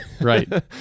Right